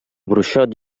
bruixot